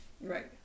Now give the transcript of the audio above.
right